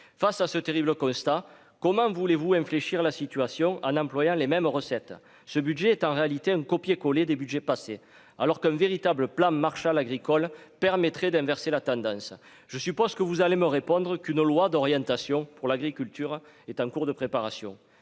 face à ce terrible constat : comment voulez-vous infléchir la situation en employant les mêmes recettes, ce budget est en réalité un copié-collé des Budgets passés alors qu'un véritable plan Marshall agricoles permettrait d'inverser la tendance, je suppose que vous allez me répondre qu'une loi d'orientation pour l'agriculture est en cours de préparation,